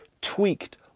tweaked